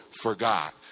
forgot